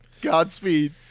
Godspeed